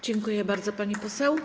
Dziękuję bardzo, pani poseł.